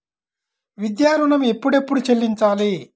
విద్యా ఋణం ఎప్పుడెప్పుడు చెల్లించాలి?